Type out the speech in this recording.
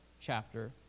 chapter